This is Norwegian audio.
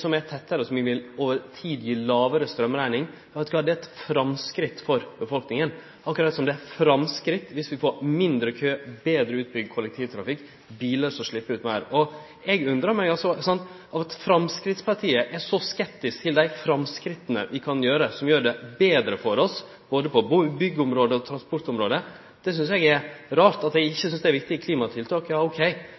som er tettare, og som over tid vil gi lågare strømrekning, er eit framsteg for befolkninga, akkurat som det er eit framsteg dersom vi får mindre kø, betre utbygd kollektivtrafikk og bilar med mindre utslepp. Eg undrar meg over at Framstegspartiet er så skeptisk til dei framstega vi kan gjere, som gjer det betre for oss både på byggområdet og på transportområdet. Det synest eg er rart. At dei ikkje synest det er viktige klimatiltak,